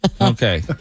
Okay